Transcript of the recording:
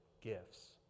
gifts